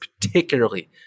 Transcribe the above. particularly